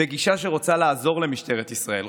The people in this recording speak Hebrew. בגישה שרוצה לעזור למשטרת ישראל,